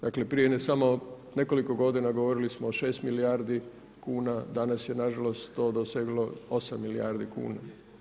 Dakle prije samo nekoliko godina govorili smo o 6 milijardi kn, danas je nažalost to doseglo 8 milijardi kuna.